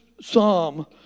Psalm